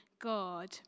God